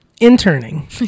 interning